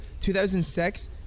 2006